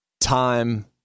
time